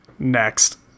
Next